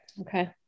Okay